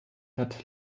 hat